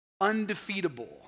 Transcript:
undefeatable